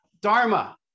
Dharma